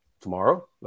tomorrow